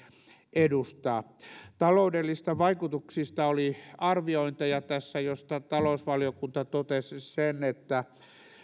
edustaa taloudellisista vaikutuksista oli tässä arviointeja joista talousvaliokunta totesi sen että